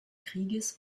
krieges